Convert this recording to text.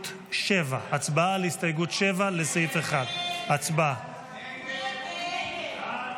הצבעה על הסתייגות 7 לסעיף 1. הסתייגות 7 לא נתקבלה.